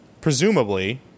presumably